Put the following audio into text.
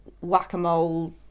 whack-a-mole